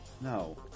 no